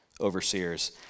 overseers